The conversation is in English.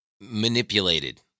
manipulated